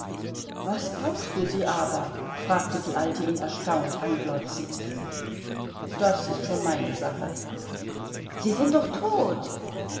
was brauchst du sie aber fragte die alte ihn erstaunt anglotzend das ist schon meine sache sie sind doch tot